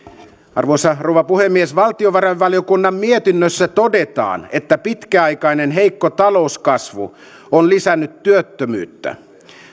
arvoisa rouva puhemies valtiovarainvaliokunnan mietinnössä todetaan että pitkäaikainen heikko talouskasvu on lisännyt työttömyyttä